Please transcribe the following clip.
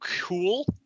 Cool